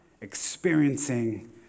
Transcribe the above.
Experiencing